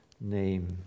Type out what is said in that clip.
name